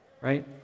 right